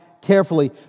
carefully